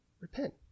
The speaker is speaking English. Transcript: Repent